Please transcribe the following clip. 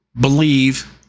believe